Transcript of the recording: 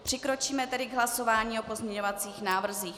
Přikročíme tedy k hlasování o pozměňovacích návrzích.